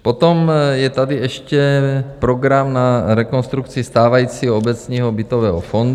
Potom je tady ještě program na rekonstrukci stávajícího obecního bytového fondu.